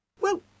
Well